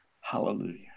Hallelujah